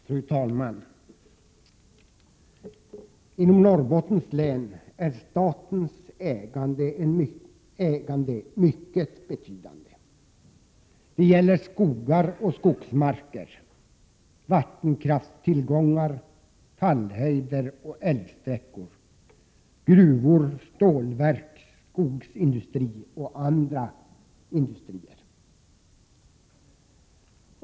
Fru talman! Inom Norrbottens län är statens ägande mycket betydande. Det gäller skogar och skogsmarker, vattenkraftstillgångar, fallhöjder och älvsträckor, gruvor, stålverk, skogsindustri och andra industrier.